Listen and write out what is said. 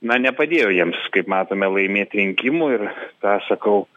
na nepadėjo jiems kaip matome laimėt rinkimų ir tą sakau